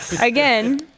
again